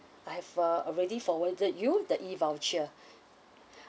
I have uh already forwarded you the e voucher